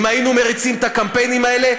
אם היינו מריצים את הקמפיינים האלה,